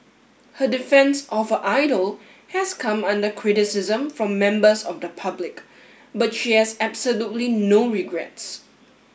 her defence of her idol has come under criticism from members of the public but she has absolutely no regrets